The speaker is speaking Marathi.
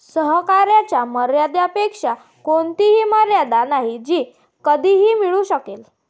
सहकार्याच्या मर्यादेपर्यंत कोणतीही मर्यादा नाही जी कधीही मिळू शकेल